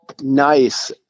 nice